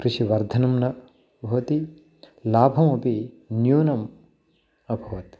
कृषिवर्धनं न भवति लाभमपि न्यूनम् अभवत्